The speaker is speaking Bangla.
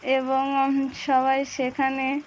এবং সবাই সেখানে